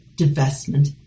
divestment